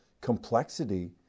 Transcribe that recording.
complexity